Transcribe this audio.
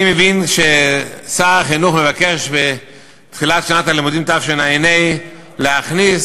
אני מבין ששר החינוך מבקש בתחילת שנת הלימודים תשע"ה להכניס